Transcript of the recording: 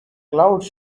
clouds